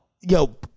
Yo